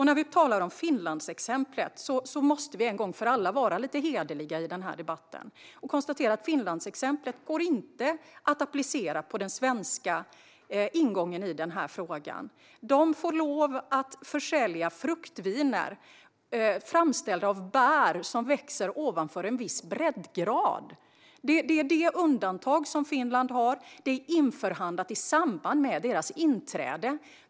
När vi talar om Finlandsexemplet måste vi en gång för alla vara lite hederliga i debatten och konstatera att det inte går att applicera på den svenska ingången i frågan. Finland får lov att försälja fruktviner framställda av bär som växer ovanför en viss breddgrad. Det är det undantag som Finland har. Det är förhandlat om i samband med Finlands inträde i EU.